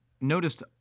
noticed